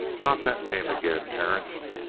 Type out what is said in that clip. not that name again, terence.